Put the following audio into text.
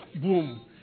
boom